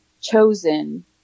chosen